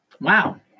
Wow